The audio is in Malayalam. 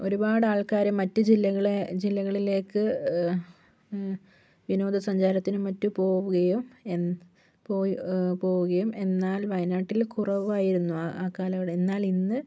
ഒരുപാടാൾക്കാർ മറ്റ് ജില്ലകളെ ജില്ലകളിലേക്ക് വിനോദസഞ്ചാരത്തിനും മറ്റും പോകുകയോ എൻ പോയി പോവുകയും എന്നാൽ വയനാട്ടിൽ കുറവായിരുന്നു അ അക്കാലകളിൽ എന്നാലിന്ന്